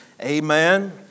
Amen